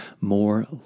more